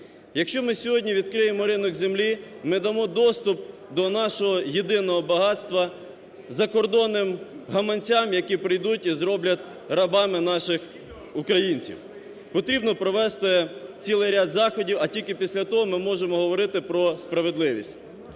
Якщо ми сьогодні відкриємо ринок землі, ми дамо доступ до нашого єдиного багатства закордонним гаманцям, які прийдуть і зроблять рабами наших українців. Потрібно провести цілий ряд заходів, а тільки після того ми можемо говорити про справедливість.